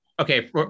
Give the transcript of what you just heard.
Okay